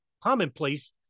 commonplace